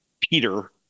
Peter